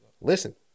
Listen